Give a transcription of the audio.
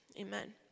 Amen